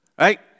Right